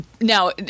now